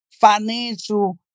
financial